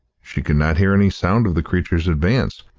she could not hear any sound of the creature's advance,